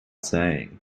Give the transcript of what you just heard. saying